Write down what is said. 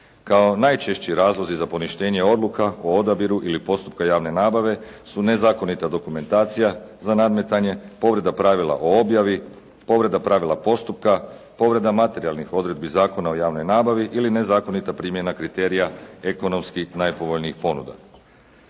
Kao najčešći razlozi za poništenje odluka o odabiru ili postupka javne nabave su nezakonita dokumentacija za nadmetanje, povreda pravila o objavi, povreda pravila postupka, povreda materijalnih odredbi Zakona o javnoj nabavi ili nezakonita primjena kriterija ekonomskih najpovoljnijih ponuda.